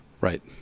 Right